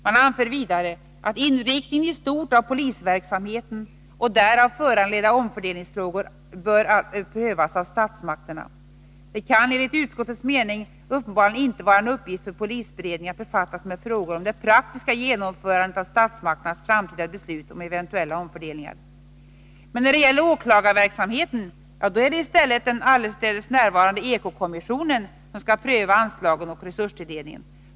Man anförde vidare: ”Inriktningen i stort av polisverksamheten och därav föranledda omfördelningsfrågor bör alltså prövas av statsmakterna. Det kan enligt utskottets mening uppenbarligen inte vara en uppgift för polisberedningen att befatta sig med frågor om det praktiska genomförandet av statsmakternas framtida beslut om eventuella omfördel ningar.” Men när det gäller åklagarverksamheten, ja, då är det i stället den allestädes närvarande eko-kommissionen som skall pröva anslagen och resurstilldelningen.